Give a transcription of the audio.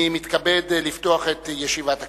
אני מתכבד לפתוח את ישיבת הכנסת,